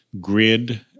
grid